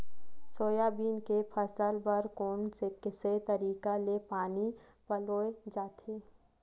Soybean के फसल बर कोन से तरीका ले पानी पलोय जाथे?